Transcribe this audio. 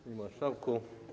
Panie Marszałku!